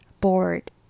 bored